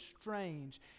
strange